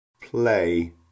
play